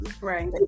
right